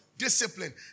discipline